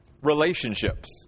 relationships